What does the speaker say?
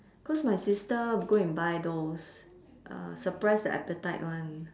cause my sister go and buy those uh suppress the appetite [one]